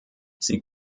sie